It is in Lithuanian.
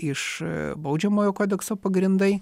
iš baudžiamojo kodekso pagrindai